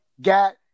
got